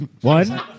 One